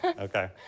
Okay